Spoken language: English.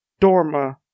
Dorma